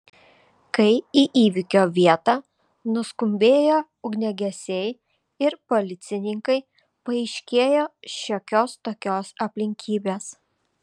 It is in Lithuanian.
kai į įvykio vietą nuskubėjo ugniagesiai ir policininkai paaiškėjo šiokios tokios aplinkybės